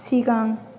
सिगां